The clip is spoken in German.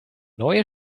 neue